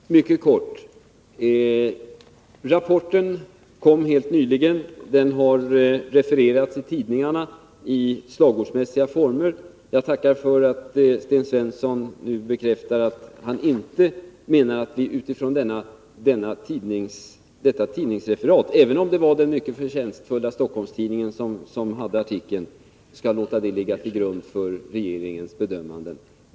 Herr talman! Mycket kort: Rapporten kom helt nyligen, och den har refererats i tidningarna i slagordsmässiga former. Jag tackar för att Sten Svensson nu bekräftar att han inte menar att vi skall låta detta tidningsreferat —-även om det var den mycket förtjänstfulla Stockholms-Tidningen som hade artikeln — ligga till grund för regeringens bedömningar.